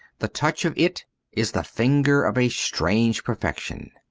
the touch of it is the finger of a strange perfection.